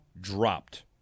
dropped